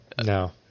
No